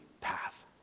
path